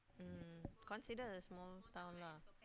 mm considered a small town lah